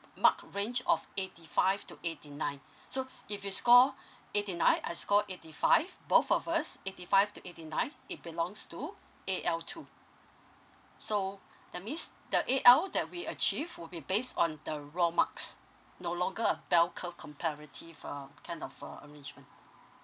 mark range of eighty five to eighty nine so if you score eighty nine I score eighty five both of us eighty five to eighty nine it belongs to A_L two so that means the A_L that we achieve will be based on the raw marks no longer a bell curve comparative um kind of a arrangement